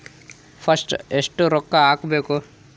First ಎಷ್ಟು ರೊಕ್ಕ ಹಾಕಬೇಕು?